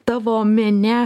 tavo mene